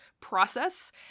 process